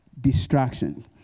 Distraction